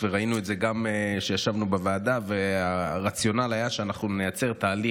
ראינו את זה גם כשישבנו בוועדה והרציונל היה שאנחנו נייצר תהליך